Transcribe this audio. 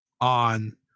on